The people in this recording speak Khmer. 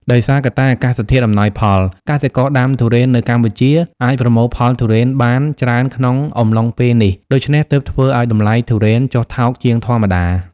ដោយសារកត្តាអាកាសធាតុអំណោយផល កសិករដាំទុរេននៅកម្ពុជាអាចប្រមូលផលទុរេនបានច្រើនក្នុងអំឡុងពេលនេះ ដូច្នេះទើបធ្វើឲ្យតម្លៃទុរេនចុះថោកជាងធម្មតា។